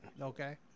okay